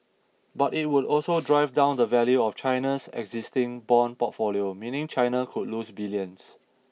but it would also drive down the value of China's existing bond portfolio meaning China could lose billions